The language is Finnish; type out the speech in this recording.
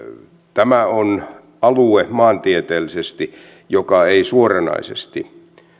tämä on sellainen alue maantieteellisesti joka ei suoranaisesti